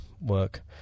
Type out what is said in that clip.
work